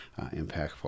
impactful